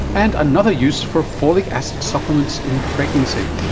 and another use for folic acid supplements in pregnancy.